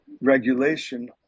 regulation